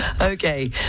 Okay